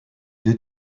deux